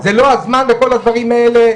זה לא הזמן לכל הדברים האלה,